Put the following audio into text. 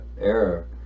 error